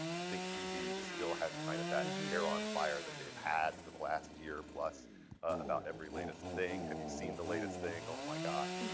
i think tv still has kind of that hair on fire that they've had for the last year plus about every latest thing. have you seen the latest thing? oh my gosh.